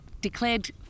declared